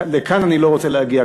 לכאן אני לא רוצה להגיע.